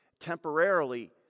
temporarily